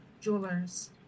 jewelers